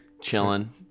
Chilling